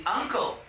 uncle